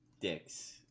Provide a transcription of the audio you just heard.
dicks